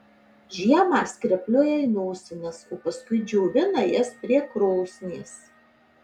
žiemą skrepliuoja į nosines o paskui džiovina jas prie krosnies